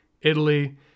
Italy